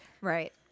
right